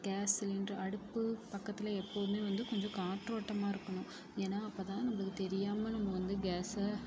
case cylinder அடுப்பு பக்கத்தில் எப்போதுமே வந்து கொஞ்சம் காற்றோட்டமாக இருக்கணும் ஏன்னா அப்போ தான் நம்பளுக்கு தெரியாமல் நம்ம வந்து கேஸை